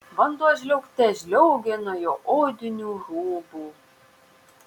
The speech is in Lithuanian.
vanduo žliaugte žliaugė nuo jo odinių rūbų